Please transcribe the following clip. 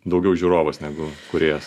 daugiau žiūrovas negu kūrėjas